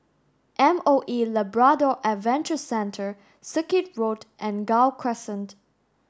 M O E Labrador Adventure Centre Circuit Road and Gul Crescent